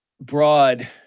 broad